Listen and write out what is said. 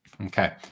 Okay